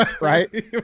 right